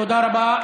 תודה רבה.